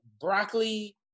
broccoli